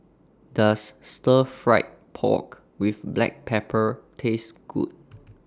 Does Stir Fried Pork with Black Pepper Taste Good